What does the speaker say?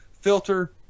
Filter